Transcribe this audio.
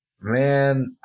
Man